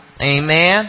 Amen